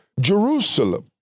Jerusalem